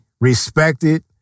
respected